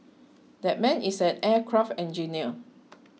that man is an aircraft engineer